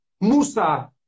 Musa